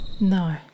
No